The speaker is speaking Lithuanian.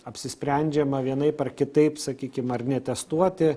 apsisprendžiama vienaip ar kitaip sakykim ar netestuoti